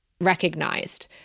recognized